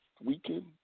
weekend